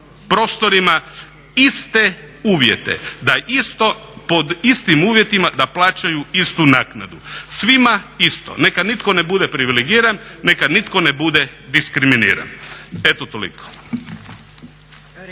prostorima iste uvjete, da isto, pod istim uvjetima da plaćaju istu naknadu. Svima isto, neka nitko ne bude privilegiran, neka nitko ne bude diskriminiran. Eto toliko.